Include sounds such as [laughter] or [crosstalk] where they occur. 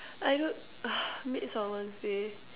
I don't [noise] made someone's day